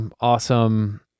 awesome –